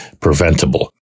preventable